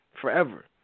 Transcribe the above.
forever